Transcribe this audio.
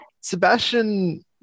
Sebastian